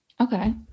Okay